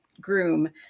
groom